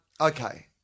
Okay